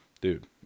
dude